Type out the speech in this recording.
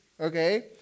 okay